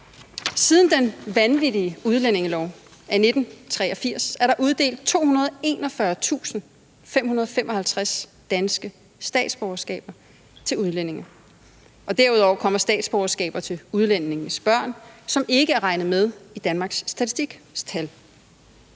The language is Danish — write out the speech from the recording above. Siden den vanvittige udlændingelov af 1983 er der uddelt 241.555 danske statsborgerskaber til udlændinge. Og derudover kommer statsborgerskaber til udlændingenes børn, som ikke er regnet med i Danmarks Statistiks tal.